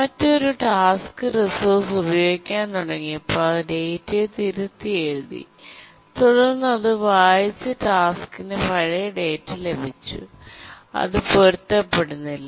മറ്റൊരു task resource ഉപയോഗിക്കാൻ തുടങ്ങിയപ്പോൾ അത് ഡാറ്റയെ തിരുത്തിയെഴുതി തുടർന്ന് അത് വായിച്ച ടാസ്ക്കിന് പഴയ ഡാറ്റ ലഭിച്ചു അത് പൊരുത്തപ്പെടുന്നില്ല